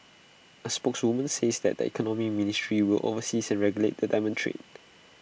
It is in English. A spokeswoman says that the economy ministry will oversees and regulate the diamond trade